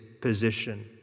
position